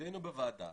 שתפקידנו בוועדה